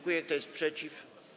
Kto jest przeciw?